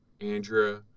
Andrea